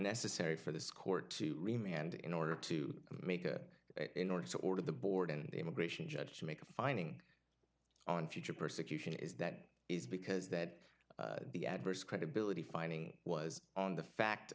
necessary for this court to remain and in order to make it in order to order the board and the immigration judge to make a finding on future persecution is that is because that the adverse credibility finding was on the fact